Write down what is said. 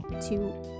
two